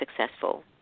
successful